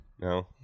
No